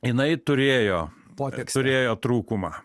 jinai turėjo turėjo trūkumą